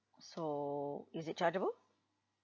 so is it chargeable